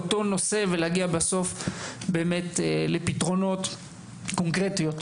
עבור אותו נושא וגם נצליח להגיע לפתרונות יותר קונקרטיים.